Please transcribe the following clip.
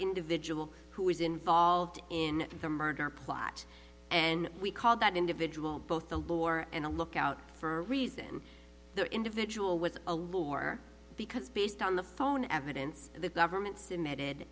individual who was involved in the murder plot and we called that individual both the war and a lookout for a reason the individual was a war because based on the phone evidence the government's emitted